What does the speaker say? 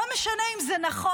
לא משנה אם זה נכון,